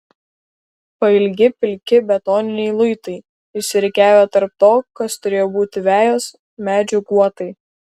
pailgi pilki betoniniai luitai išsirikiavę tarp to kas turėjo būti vejos medžių guotai